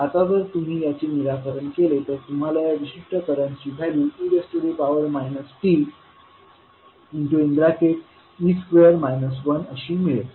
आता जर तुम्ही याचे निराकरण केले तर तुम्हाला या विशिष्ट करंटची व्हॅल्यू e t अशी मिळेल